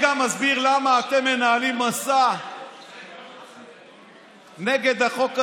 אני גם אסביר למה אתם מנהלים מסע נגד החוק הזה,